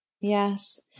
Yes